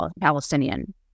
palestinian